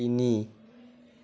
তিনি